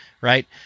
right